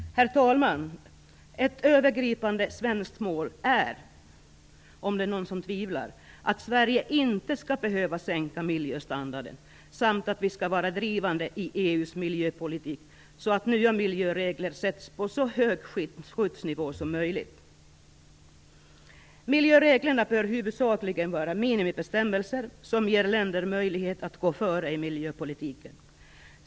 Herr talman! Ett övergripande svenskt mål är - om det är någon som tvivlar - att Sverige inte skall behöva sänka miljöstandarden samt att vi skall vara drivande i EU:s miljöpolitik, så att nya miljöregler sätts på så hög nivå som möjligt. Miljöreglerna bör huvudsakligen vara minimibestämmelsen, som ger länder möjlighet att gå före i miljöpolitiken.